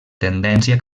tendència